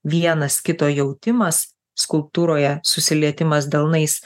vienas kito jautimas skulptūroje susilietimas delnais